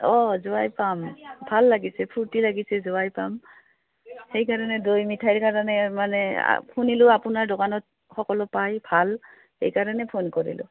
অঁ জোঁৱাই পাম ভাল লাগিছে ফূৰ্তি লাগিছে জোঁৱাই পাম সেইকাৰণে দৈ মিঠাইৰ কাৰণে মানে শুনিলোঁ আপোনাৰ দোকানত সকলো পাই ভাল সেইকাৰণে ফোন কৰিলোঁ